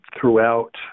throughout